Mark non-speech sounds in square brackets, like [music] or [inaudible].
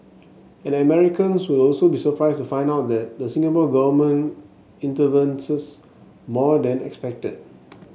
and Americans will also be surprised to find out that the Singapore Government intervenes [unintelligible] more than expected